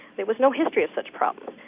there was no history of such problems.